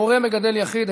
הורה מגדל יחיד),